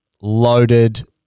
loaded